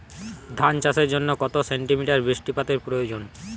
ধান চাষের জন্য কত সেন্টিমিটার বৃষ্টিপাতের প্রয়োজন?